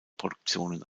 produktionen